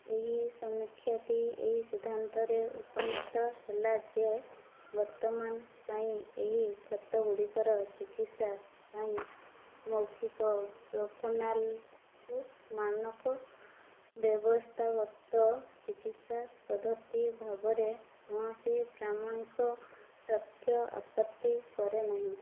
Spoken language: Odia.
ଏହି ସମୀକ୍ଷାଟି ଏହି ସିଦ୍ଧାନ୍ତରେ ଉପନୀତ ହେଲା ଯେ ବର୍ତ୍ତମାନ ପାଇଁ ଏହି କ୍ଷତ ଗୁଡ଼ିକର ଚିକିତ୍ସା ପାଇଁ ମୌଖିକ ପ୍ରୋପ୍ରାନାଲୋଲ୍କୁ ମାନକ ବ୍ୟବସ୍ଥାଗତ ଚିକିତ୍ସା ପଦ୍ଧତି ଭାବରେ କୌଣସି ପ୍ରାମାଣିକ ତଥ୍ୟ ଆପତ୍ତି କରେ ନାହିଁ